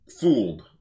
fooled